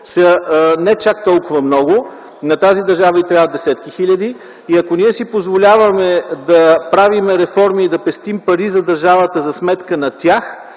не чак толкова много. На тази държава й трябват десетки хиляди. И ако ние си позволяваме да правим реформи, да пестим пари за държавата за сметка на тях,